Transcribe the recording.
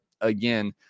Again